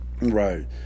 Right